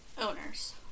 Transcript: owners